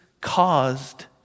caused